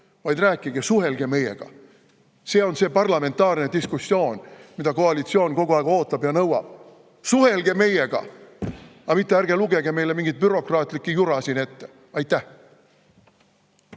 vaid rääkige, suhelge meiega. See on see parlamentaarne diskussioon, mida koalitsioon kogu aeg ootab ja nõuab. Suhelge meiega, mitte ärge lugege meile mingit bürokraatlikku jura siin ette! Aitäh!